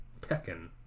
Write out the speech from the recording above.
Peckin